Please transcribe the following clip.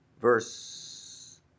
verse